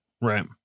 Right